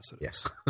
Yes